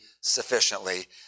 sufficiently